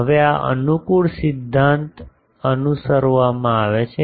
હવે આ અનુકૂળ સિદ્ધાંત અનુસરવામાં આવે છે